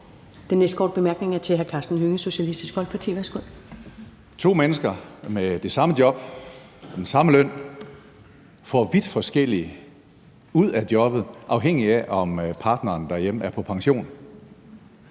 To mennesker med det samme job og den samme løn får noget vidt forskelligt ud af jobbet, afhængig af om partneren derhjemme er på pension.